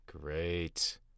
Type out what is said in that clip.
Great